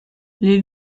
les